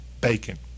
bacon